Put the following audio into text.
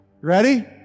Ready